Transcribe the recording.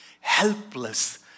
helpless